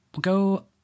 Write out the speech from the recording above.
go